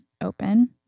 Open